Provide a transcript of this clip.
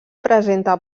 presenta